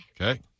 Okay